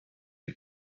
sie